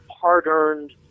hard-earned